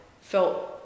felt